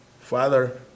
Father